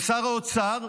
ושר האוצר?